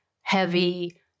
heavy